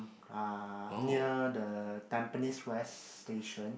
ah near the Tampines West station